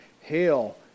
Hail